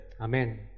Amen